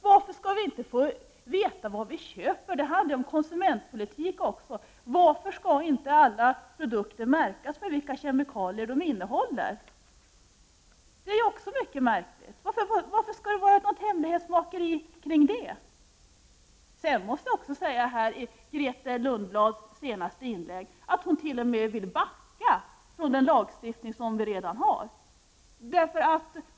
Varför skall vi inte få veta vad vi köper? Det handlar ju om konsumentpolitik också. Varför skall inte alla produkter märkas med vilka kemikalier de innehåller? Det är också mycket märkligt. Varför skall det vara sådant hemlighetsmakeri med det? I sitt senaste inlägg ville ju Grethe Lundblad t.o.m. backa när det gäller den lagstiftning vi redan har.